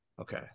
okay